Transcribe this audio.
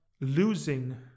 losing